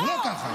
זה לא ככה.